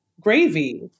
gravy